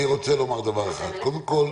קודם כל,